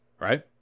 Right